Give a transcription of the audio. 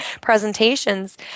presentations